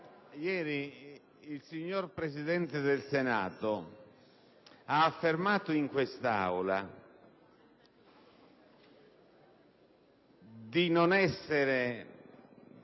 ieri, il Presidente del Senato ha affermato in quest'Aula di non essere